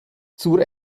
zur